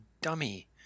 dummy